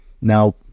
Now